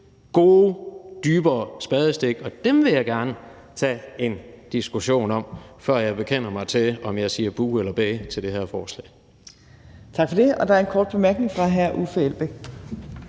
gode dybere spadestik, og dem vil jeg gerne tage en diskussion om, før jeg bekender mig til, om jeg siger buh eller bæh til det her forslag. Kl. 16:43 Tredje næstformand (Trine Torp): Tak for det. Der er en kort bemærkning fra hr. Uffe Elbæk.